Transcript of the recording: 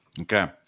Okay